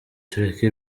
tureke